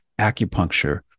acupuncture